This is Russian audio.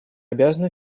обязаны